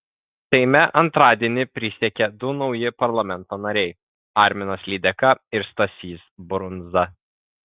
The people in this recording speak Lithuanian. seime antradienį prisiekė du nauji parlamento nariai arminas lydeka ir stasys brundza